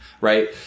Right